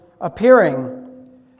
appearing